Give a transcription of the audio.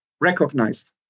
recognized